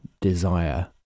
desire